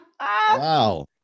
Wow